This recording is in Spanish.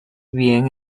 bien